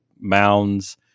mounds